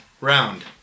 Round